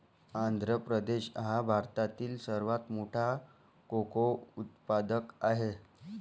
आंध्र प्रदेश हा भारतातील सर्वात मोठा कोको उत्पादक आहे